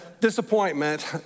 disappointment